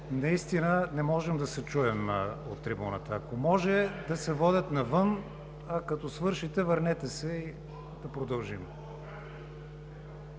Наистина не можем да се чуем от трибуната. Ако може да се водят навън, а като свършите, върнете се и да продължим.